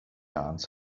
answered